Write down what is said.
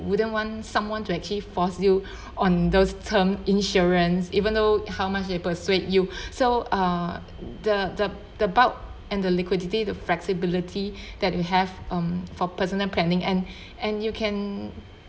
wouldn't want someone to actually forced you on those term insurance even though how much they persuade you so uh the the the bulk and the liquidity the flexibility that you have um for personal planning and and you can